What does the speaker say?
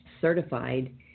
certified